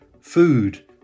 food